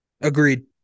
Agreed